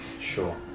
Sure